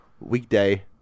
weekday